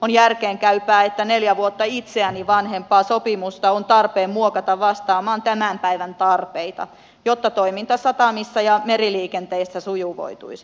on järkeenkäypää että neljä vuotta itseäni vanhempaa sopimusta on tarpeen muokata vastaamaan tämän päivän tarpeita jotta toiminta satamissa ja meriliikenteessä sujuvoituisi